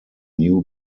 new